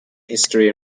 history